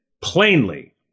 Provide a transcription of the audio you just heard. plainly